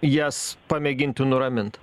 jas pamėginti nuramint